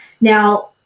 now